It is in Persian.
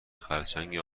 خرچنگ